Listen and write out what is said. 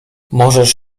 możesz